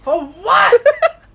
for what